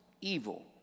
evil